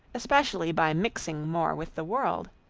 especially by mixing more with the world,